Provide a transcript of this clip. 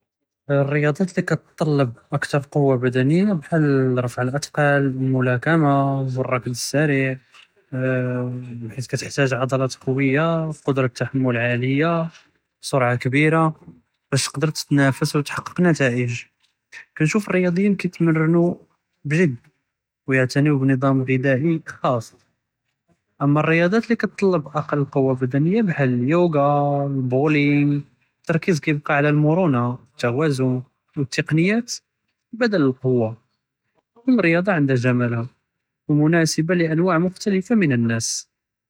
אלריאצאת ללי כאתטלב קוה בדניה בחאל רפע אלאת'קאל، אלאמלכמא، אלרקד אלסריע، אה בחית תחתאג עדלאת קוויה، קדרא תחמל עליה، סרעה כבירא، באש תקדר תתנאפס ולא תחאקק נתג'את, כנשוף אלריאציין יתמרנו בג'ד אוא יעיתאניו בנזאם ע'דאא'י ח'אס, אמא אלריאצאת תתטלב אקל קוה בדניא בחאל אליוגא, בולינג, תרכיז כיבקא עלא אלמורונא חתה הו זוין, אלתקניאת בדל אלקוה, כל ריאצא ענדהא ג'מאלהא, אוא מונאסבה לאנואע' מכתלפה מן אלנאס.